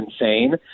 insane